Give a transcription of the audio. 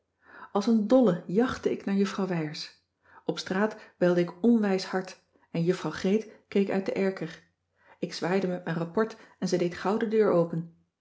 als een dolle jàchtte ik naar juffrouw wijers op straat belde ik onwijs hard en juffrouw greet keek uit den erker ik zwaaide met mijn rapport en ze deed gauw de deur open